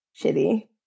shitty